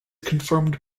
confirmed